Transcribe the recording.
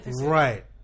right